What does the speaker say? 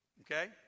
Okay